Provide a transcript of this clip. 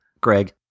Greg